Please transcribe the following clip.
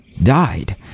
Died